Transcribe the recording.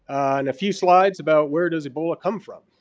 and a few slides about where does ebola come from